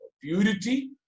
purity